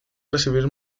recibir